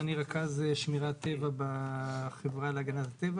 ואני רכז שמירת טבע בחברה להגנת הטבע